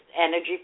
Energy